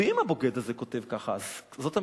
ואם הבוגד הזה כותב ככה, אז זאת המציאות?